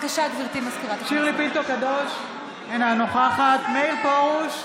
שירלי פינטו קדוש, אינה נוכחת מאיר פרוש,